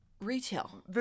retail